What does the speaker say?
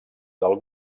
del